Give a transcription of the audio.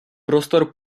prostor